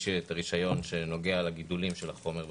יש רישיון שנוגע לגידולים של החומר וכולי,